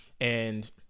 And-